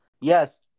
yes